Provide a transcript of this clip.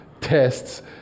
tests